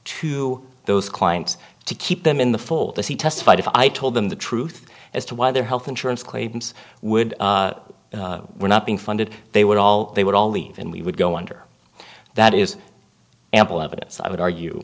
to those clients to keep them in the fold if he testified if i told them the truth as to why their health insurance claims would were not being funded they would all they would all leave and we would go under that is ample evidence i would argue